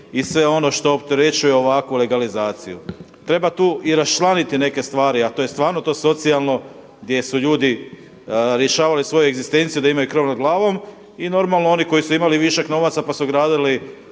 i sve ono što opterećuje ovakvu legalizaciju. Treba tu i raščlaniti neke stvari, a to je stvarno to socijalno gdje su ljudi rješavali svoju egzistenciju da imaju krov nad glavom i normalno oni koji su imali višak novaca, pa su gradili